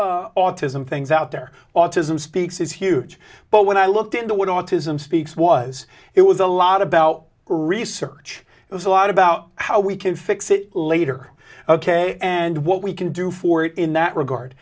autism things out there autism speaks is huge but when i looked into what autism speaks was it was a lot about research it was a lot about how we can fix it later ok and what we can do for it in that regard